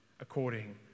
according